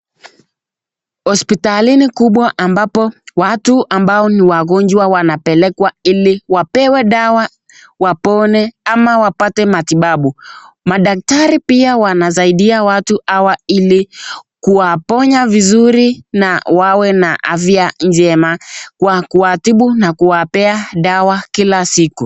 Hosipitalini kubwa ambapo, watu ambao ni wagonjwa, wanapelekwa ili wapewe dawa wapone ama wapate matibabu. Madaktari pia wanasaidia watu hawa ili kuwaponya vizuri na wawe na afya njema kwa kuwatibu na kuwapea dawa kila siku.